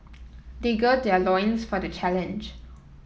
they gird their loins for the challenge